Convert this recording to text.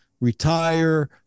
retire